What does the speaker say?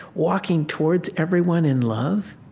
walking towards everyone in love,